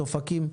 אופקים,